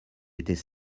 était